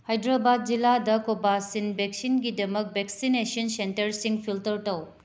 ꯍꯥꯏꯗ꯭ꯔꯕꯥꯠ ꯖꯤꯜꯂꯥꯗ ꯀꯣꯕꯥꯁꯤꯟ ꯚꯦꯛꯁꯤꯟꯒꯤꯗꯃꯛ ꯕꯦꯛꯁꯤꯅꯦꯁꯟ ꯁꯦꯟꯇꯔꯁꯤꯡ ꯐꯤꯜꯇꯔ ꯇꯧ